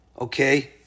Okay